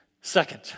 Second